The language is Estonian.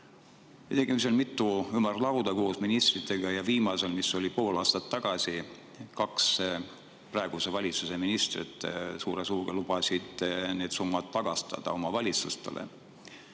Me tegime mitu ümarlauda koos ministritega. Viimasel, mis oli pool aastat tagasi, kaks praeguse valitsuse ministrit suure suuga lubasid need summad omavalitsustele